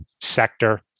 sector